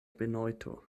benojto